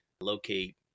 locate